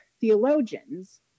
theologians